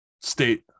state